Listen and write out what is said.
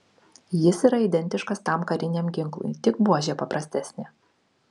jis yra identiškas tam kariniam ginklui tik buožė paprastesnė